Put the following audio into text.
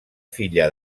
filla